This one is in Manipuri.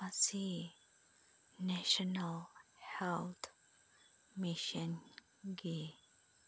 ꯃꯁꯤ ꯅꯦꯁꯅꯦꯜ ꯍꯦꯜꯠ ꯃꯤꯁꯟꯒꯤ